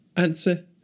Answer